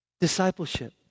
Discipleship